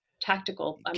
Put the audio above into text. tactical